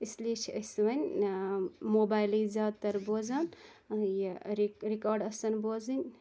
اِسلیے چھِ أسۍ وۄنۍ موبایلے زیادٕ تَر بوزان یہِ رِکاڈٕ آسَن بوزٕنۍ یا